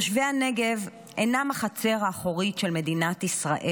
תושבי הנגב אינם החצר האחורית של מדינת ישראל.